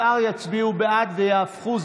השאר יצביעו בעד ויהפכו.